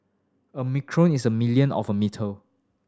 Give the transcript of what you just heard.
a micron is a million of a metre